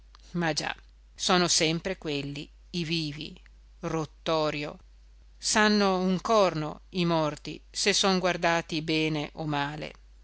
ma già sono sempre quelli i vivi rottorio sanno un corno i morti se son guardati bene o male